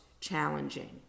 challenging